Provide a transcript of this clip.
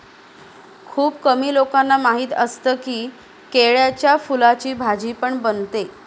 खुप कमी लोकांना माहिती असतं की, केळ्याच्या फुलाची भाजी पण बनते